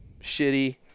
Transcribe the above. shitty